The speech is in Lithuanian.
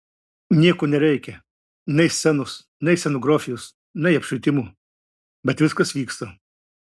nieko nereikia nei scenos nei scenografijos nei apšvietimo bet viskas vyksta